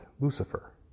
Lucifer